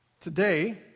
Today